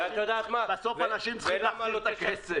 בסוף אנשים צריכים להחזיר את הכסף.